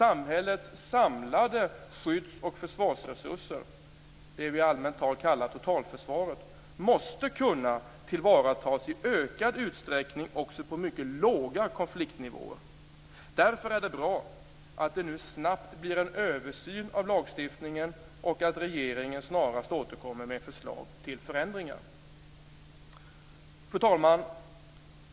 det vi i allmänt tal kallar totalförsvaret - måste kunna tillvaratas i ökad utsträckning också på mycket låga konfliktnivåer. Därför är det bra att det nu snabbt blir en översyn av lagstiftningen och att regeringen snarast återkommer med förslag till förändringar. Fru talman!